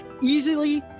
easily